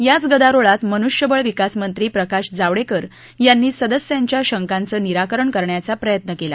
याच गदारोळात मनुष्यबळ विकासमंत्री प्रकाश जावडेकर यांनी सदस्यांच्या शंकाचं निराकरण करण्याचा प्रयत्न केला